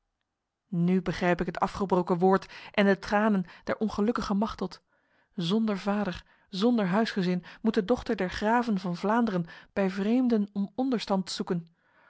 nu begrijp ik het afgebroken woord en de tranen der ongelukkige machteld zonder vader zonder huisgezin moet de dochter der graven van vlaanderen bij vreemden om onderstand zoeken